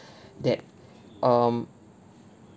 that um